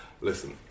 Listen